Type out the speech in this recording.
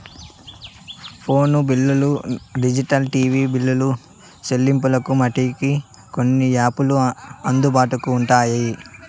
phone బిల్లులు digital TV బిల్లులు సెల్లింపులకు మటికి కొన్ని యాపులు అందుబాటులో ఉంటాయి